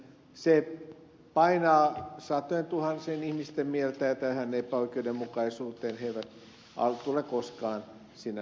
se painaa satojentuhansien ihmisten mieltä ja tähän epäoikeudenmukaisuuteen he eivät tule koskaan sinänsä alistumaan